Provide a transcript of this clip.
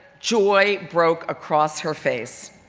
joy broke across her face.